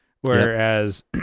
whereas